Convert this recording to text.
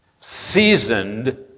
seasoned